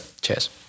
Cheers